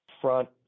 front